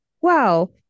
wow